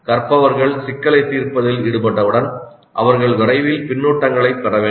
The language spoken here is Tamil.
கற்பவர்கள் சிக்கலை தீர்ப்பதில் ஈடுபட்டவுடன் அவர்கள் விரைவில் பின்னூட்டங்களைப் பெற வேண்டும்